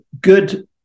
good